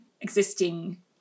existing